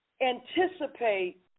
anticipate